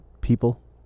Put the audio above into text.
people